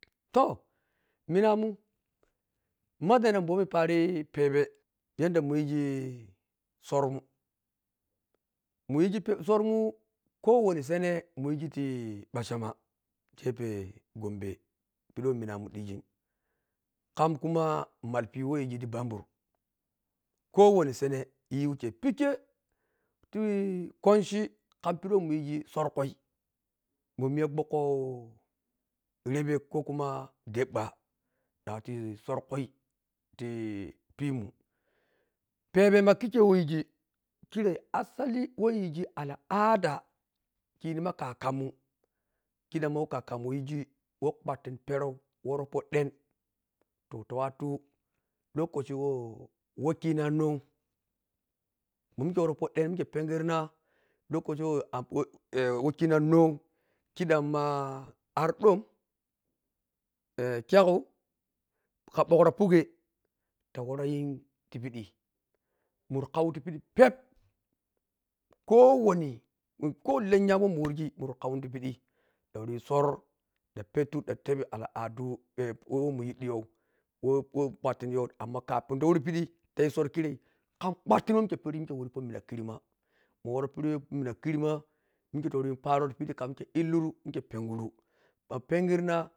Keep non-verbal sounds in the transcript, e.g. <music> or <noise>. Toh, minanun mazeno mɓomi pari phebe yadda muyigi sormun muyigi sormun kowani sene muyiti bachama gepe gombe pidiwho minanuu ɗhigi kam kuma mai phiu whe yigi ti banbur kawoni sene yi wikkei pike ti kwanchi kam pidi whe mun yigi sor kwoi mɓɓo miya kukko rebek ko kuma deɓɓa ɗha watuyi sor khui tipinun pebema kikkei weyigi kirei assail whoyigi ala’ada kini ma kakamun kidan mawo kakamun yigi whe kwattin perou worou po ɗhen toh tawatu lokaci wo whekina now mamike woro poden mike pengirna lokacisw an eh whekina now kidam ma ar ɗom, <hesitation> kyagu ka mɓogra puge taworu yin aipidi muri kau tipidi pep kowani ko lengamun who murwergi muru kau n tipidi ɗa waryi sor ɗa pettu ɗa tebi al’adu eh who muyiddiyoou who kwattinyo amma kapin tawor pidi tayi sor kirei kam kwkattin who mike peri mike war pomina kirma mavwore pidi who mina kirma mike ta woroyi paro tipidi kamin ma mike illiru mike penguru ma pengirna.